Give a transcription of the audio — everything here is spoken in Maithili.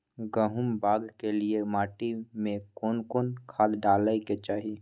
गहुम बाग के लिये माटी मे केना कोन खाद डालै के चाही?